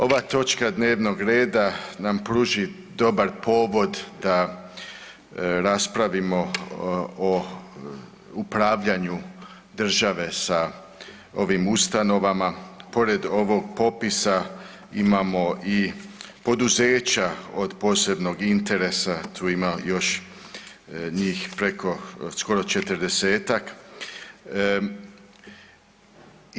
Ova točka dnevnog reda nam pruža dobar povod da raspravimo o upravljanju države sa ovim ustanovama, pored ovog popisa imamo i poduzeća od posebnog interesa, tu ima njih još skoro 40-ak.